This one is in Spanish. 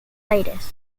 aires